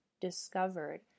discovered